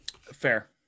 Fair